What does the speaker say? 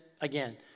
again